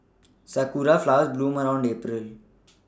sakura flowers bloom around April